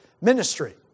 ministry